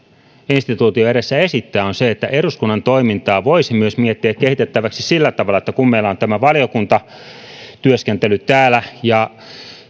instituution edessä esittää on se että eduskunnan toimintaa voisi myös miettiä kehitettäväksi sillä tavalla että kun meillä on tämä valiokuntatyöskentely täällä ja